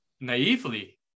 naively